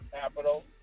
capital